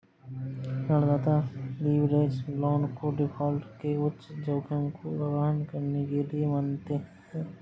ऋणदाता leverage loan को default के उच्च जोखिम को वहन करने के लिए मानते हैं